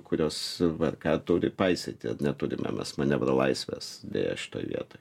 kurios vrk turi paisyti neturime mes manevro laisvės deja šitoj vietoj